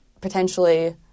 potentially –